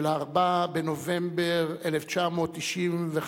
של 4 בנובמבר 1995,